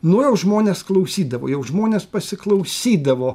nu jau žmonės klausydavo jau žmonės pasiklausydavo